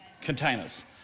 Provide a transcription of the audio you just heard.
Containers